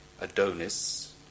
Adonis